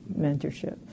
mentorship